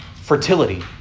fertility